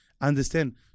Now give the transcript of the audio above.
understand